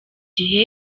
gihe